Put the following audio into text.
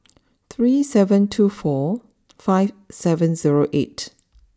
three seven two four five seven zero eight